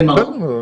מרקו.